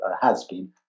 has-been